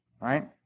right